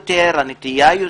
הנטייה,